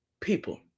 people